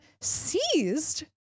seized